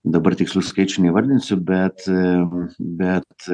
dabar tikslių skaičių neįvardinsiu bet a bet